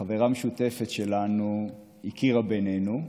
חברה משותפת שלנו הכירה בינינו.